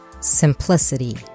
Simplicity